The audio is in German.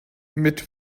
mit